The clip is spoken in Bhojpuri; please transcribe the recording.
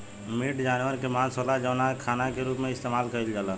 मीट जानवर के मांस होला जवना के खाना के रूप में इस्तेमाल कईल जाला